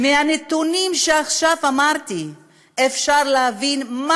מהנתונים שעכשיו אמרתי אפשר להבין מה